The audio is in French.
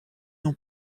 non